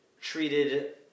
treated